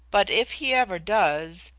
but if he ever does,